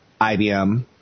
IBM